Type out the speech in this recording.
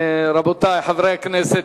רבותי חברי הכנסת,